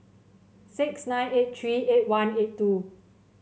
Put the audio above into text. six nine eight three eight one eight two